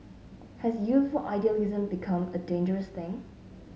has youthful idealism become a dangerous thing